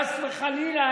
חס וחלילה,